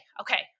okay